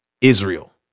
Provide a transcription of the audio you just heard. israel